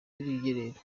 y’urugerero